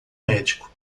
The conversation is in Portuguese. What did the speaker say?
médico